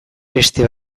beste